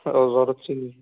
অঁ জ্বৰ উঠিছে নি